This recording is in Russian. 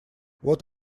вот